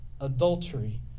adultery